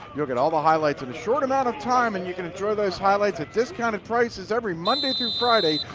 you will get all the highlights in a short amount of time and you can enjoy those highlights at discounted prices every monday through friday,